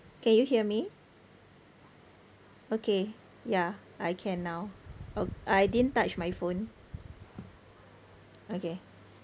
can you hear me okay ya I can now uh I didn't touch my phone okay